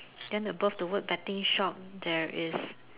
then above the word betting shop there is